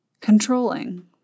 controlling